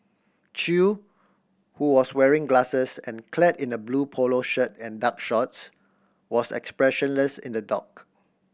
Chew who was wearing glasses and clad in a blue polo shirt and dark shorts was expressionless in the dock